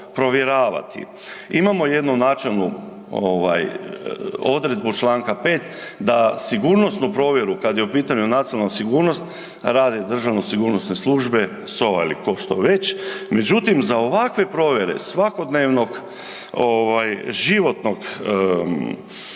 Imamo jednu načelnu ovaj odredbu Članka 5. da sigurnosnu provjeru kad je u pitanju nacionalna sigurnost rade državno sigurnosne službe SOA ili ko što već, međutim za ovakve provjere svakodnevnog ovaj životnog,